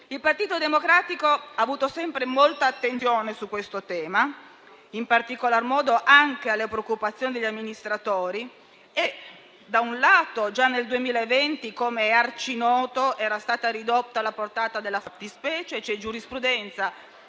Il Partito Democratico ha avuto sempre molta attenzione su questo tema, in particolar modo anche alle preoccupazioni degli amministratori. Da un lato, già nel 2020, com'è arcinoto, era stata ridotta la portata della fattispecie, con una giurisprudenza